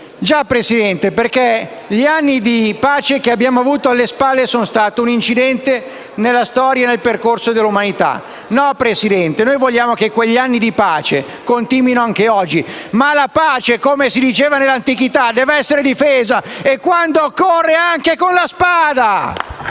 signor Presidente, perché gli anni di pace che abbiamo avuto alle spalle sono stati un incidente nella storia e nel percorso dell'umanità. No, Presidente, noi vogliamo che quegli anni di pace continuino anche oggi, ma la pace, come si diceva nell'antichità, deve essere difesa, quando occorre, anche con la spada.